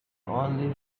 only